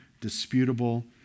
disputable